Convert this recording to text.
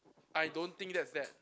I don't think that's bad